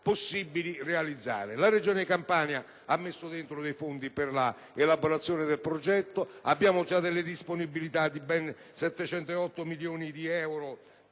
possibile realizzare. La Regione Campania ha messo a disposizione dei fondi per l'elaborazione del progetto, abbiamo già delle disponibilità, pari a ben 708 milioni di euro